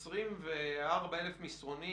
העמודה הראשונה, ש-21,759 שקיבלו 23,000 מסרונים